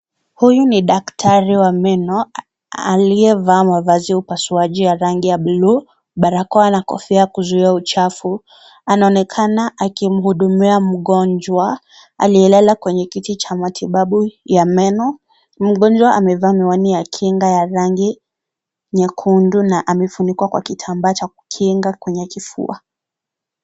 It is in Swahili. Huyu ni daktari wa meno, aliye vaa mavazi ya upasuaji ya rangi ya(cs)blue(cs), barakoa na kofia ya kuzuia uchafu, anaonekana akimhudumia mgonjwa, aliyelala kwenye kiti cha matibabu ya meno, mgonjwa amevaa miwani ya kinga ya rangi nyekundu na amefunikwa na kitambaa cha kukinga kwenye kifua.